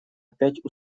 опять